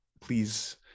please